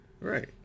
Right